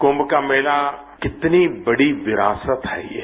कुंम का मेला कितनी बड़ी विरासत है ये